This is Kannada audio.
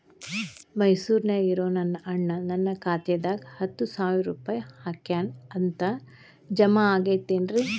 ಮೈಸೂರ್ ನ್ಯಾಗ್ ಇರೋ ನನ್ನ ಅಣ್ಣ ನನ್ನ ಖಾತೆದಾಗ್ ಹತ್ತು ಸಾವಿರ ರೂಪಾಯಿ ಹಾಕ್ಯಾನ್ ಅಂತ, ಜಮಾ ಆಗೈತೇನ್ರೇ?